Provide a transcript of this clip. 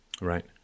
Right